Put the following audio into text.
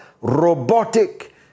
robotic